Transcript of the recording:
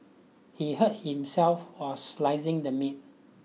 he hurt himself while slicing the meat